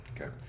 Okay